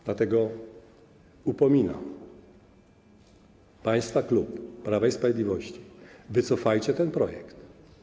Dlatego upominam państwa z klubu Prawa i Sprawiedliwości: wycofajcie ten projekt.